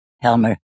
Helmer